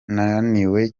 naniwe